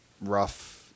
rough